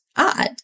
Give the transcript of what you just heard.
odd